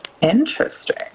Interesting